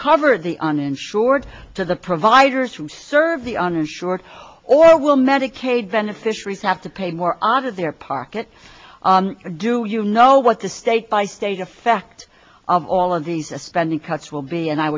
cover the uninsured to the providers who serve the uninsured or will medicaid beneficiaries have to pay more out of their pocket do you know what the state by state effect of all of these a spending cuts will be and i